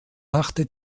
machte